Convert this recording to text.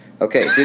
Okay